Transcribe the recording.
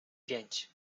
pięć